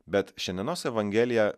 bet šiandienos evangelija